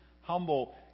humble